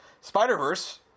Spider-Verse